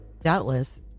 Doubtless